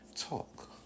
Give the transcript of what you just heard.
talk